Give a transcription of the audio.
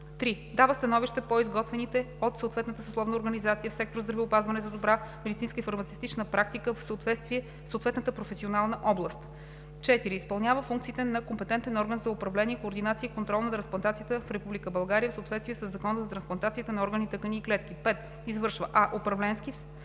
3. Дава становище по изготвените от съответната съсловна организация в сектор „Здравеопазване“, за добра медицинска и фармацевтична практика в съответната професионална област. 4. Изпълнява функциите на компетентен орган за управление, координация и контрол на трансплантацията в Република България в съответствие със Закона за трансплантация на органи, тъкани и клетки; 5. Извършва: а) управленски